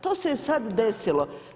To se je sad desilo.